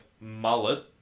mullet